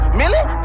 million